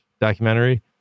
documentary